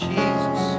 Jesus